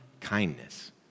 kindness